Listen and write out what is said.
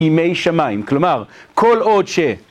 אימי שמיים, כלומר, כל עוד ש...